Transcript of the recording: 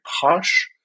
posh